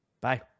Bye